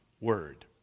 word